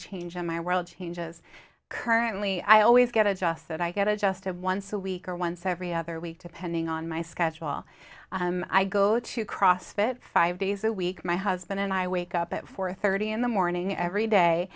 change my world changes currently i always get adjusted i get adjusted once a week or once every other week depending on my schedule i go to cross fit five days a week my husband and i wake up at four thirty in the morning every day